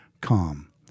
calm